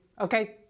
Okay